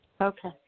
Okay